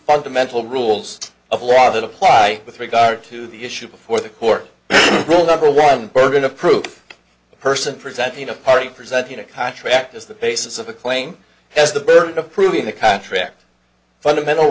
fundamental rules of law that apply with regard to the issue before the court rule number one burden of proof the person presenting a party presenting a contract is the basis of the claim has the burden of proving the contract fundamental